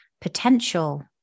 potential